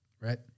Right